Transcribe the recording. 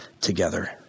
together